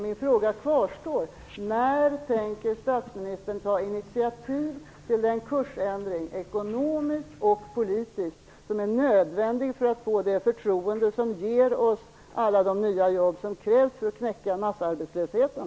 Min fråga kvarstår: När tänker statsministern ta initiativ till den kursändring, ekonomiskt och politiskt, som är nödvändig för att få det förtroende som ger oss alla de nya jobb som krävs för att knäcka massarbetslösheten?